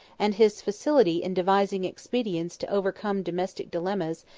and his facility in devising expedients to overcome domestic dilemmas,